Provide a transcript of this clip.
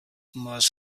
must